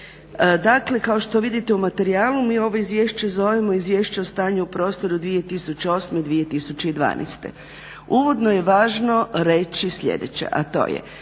Dakle, kao što vidite u materijalu mi ovo izvješće zovemo Izvješće o stanju u prostoru u 2008.-2012. Uvodno je važno reći sljedeće, a to je